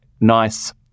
nice